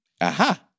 Aha